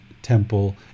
temple